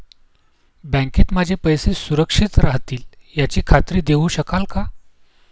बँकेत माझे पैसे सुरक्षित राहतील याची खात्री देऊ शकाल का?